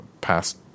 past